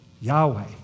Yahweh